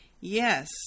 Yes